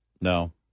No